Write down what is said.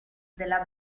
della